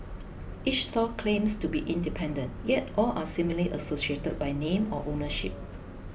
each stall claims to be independent yet all are seemingly associated by name or ownership